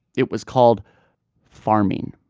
it was called farming.